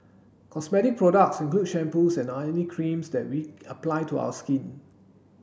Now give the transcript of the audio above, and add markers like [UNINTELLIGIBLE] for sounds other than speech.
cosmetic products include shampoos and [UNINTELLIGIBLE] creams that we apply to our skin